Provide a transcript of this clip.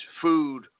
food